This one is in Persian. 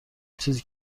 چیزی